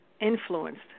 influenced